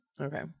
Okay